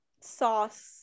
sauce